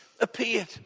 appeared